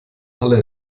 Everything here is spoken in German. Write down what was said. alle